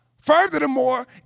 Furthermore